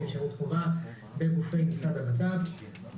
בשירות חובה בגופי המשרד לביטחון הפנים.